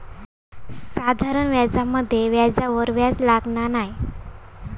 साधारण व्याजामध्ये व्याजावर व्याज लागना नाय